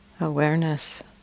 Awareness